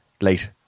late